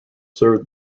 served